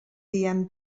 diem